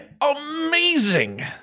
amazing